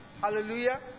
Hallelujah